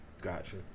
gotcha